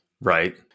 Right